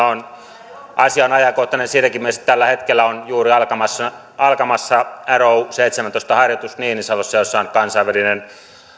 on kertausharjoitusvuorokausien määrään asia on ajankohtainen siinäkin mielessä että tällä hetkellä on juuri alkamassa alkamassa arrow seitsemäntoista harjoitus niinisalossa jossa on kansainvälinen